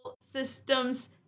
systems